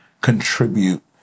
contribute